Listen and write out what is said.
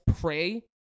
pray